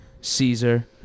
Caesar